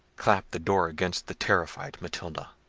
clapped the door against the terrified matilda.